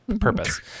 purpose